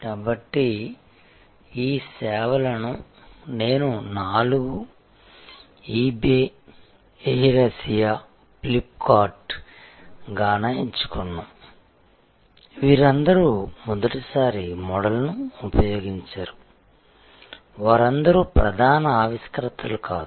కాబట్టి ఈ సేవలను నేను నాలుగు eBay AirAsia Flipkart Gaana ఎంచుకున్నాను వీరందరూ మొదటిసారి మోడల్ను ఉపయోగించరు వారందరూ ప్రధాన ఆవిష్కర్తలు కాదు